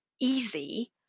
easy